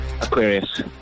Aquarius